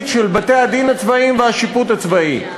של בתי-הדין הצבאיים והשיפוט הצבאי.